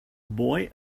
boy